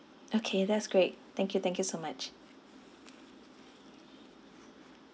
okay that's great thank you thank you so much